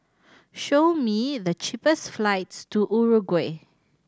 show me the cheapest flights to Uruguay